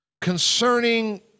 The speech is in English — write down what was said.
concerning